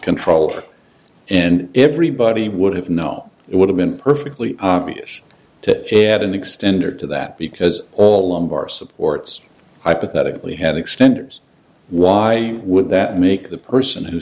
controller and everybody would have known it would have been perfectly obvious to it and extended to that because all along our supports hypothetically had extended why would that make the person who